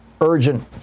urgent